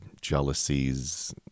jealousies